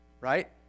right